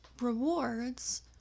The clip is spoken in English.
rewards